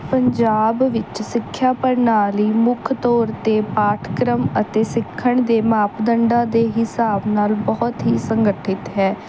ਪੰਜਾਬ ਵਿੱਚ ਸਿੱਖਿਆ ਪ੍ਰਣਾਲੀ ਮੁੱਖ ਤੌਰ 'ਤੇ ਪਾਠਕ੍ਰਮ ਅਤੇ ਸਿੱਖਣ ਦੇ ਮਾਪਦੰਡਾਂ ਦੇ ਹਿਸਾਬ ਨਾਲ ਬਹੁਤ ਹੀ ਸੰਗਠਿਤ ਹੈ